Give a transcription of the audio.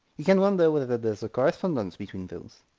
you can wonder whether there is a correspondence between those,